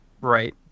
right